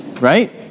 right